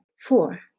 Four